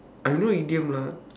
I don't know idiom lah